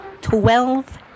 Twelve